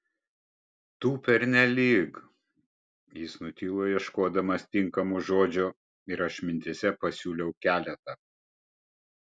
tu pernelyg jis nutilo ieškodamas tinkamo žodžio ir aš mintyse pasiūliau keletą